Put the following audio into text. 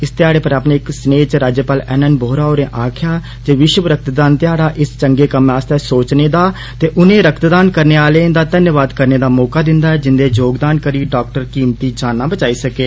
इस ध्याड़े पर अपने इक सनेह च राज्यपाल एन एन वोहरा होरें आक्खेआ ऐ जे विश्व रक्तदान ध्याड़ा इस चंगे कम्मे आस्तै सोचने दा ते उनें रक्तदान करने आह्लें दा धन्नवाद करने दा मौका दिंदा ऐ जिंदे योगदान करी डॉक्टरी कीमती जाना बचाई सके